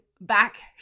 back